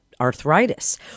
arthritis